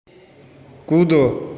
कूदो